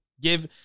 give